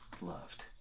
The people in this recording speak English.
loved